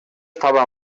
estava